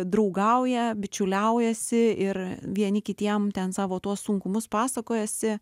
draugauja bičiuliaujasi ir vieni kitiem ten savo tuos sunkumus pasakojasi